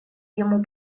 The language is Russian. ему